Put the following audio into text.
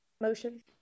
Motion